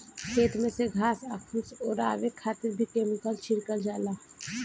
खेत में से घास आ फूस ओरवावे खातिर भी केमिकल छिड़कल जाला